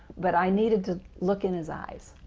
but i needed to look in his eyes.